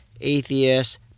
atheists